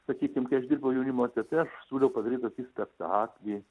sakykim kai aš dirbau jaunimo teatre aš siūliau padaryt tokį spektaklį